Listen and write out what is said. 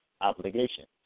obligations